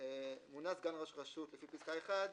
(2) מונה סגן ראש רשות לפי פסקה (1),